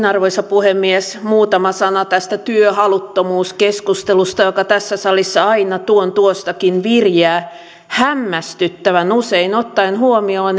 arvoisa puhemies muutama sana tästä työhaluttomuuskeskustelusta joka tässä salissa aina tuon tuostakin viriää hämmästyttävän usein ottaen huomioon